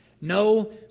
no